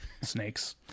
snakes